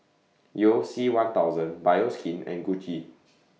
YOU C one thousand Bioskin and Gucci